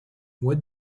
what